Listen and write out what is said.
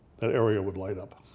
that area would light up.